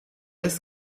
ist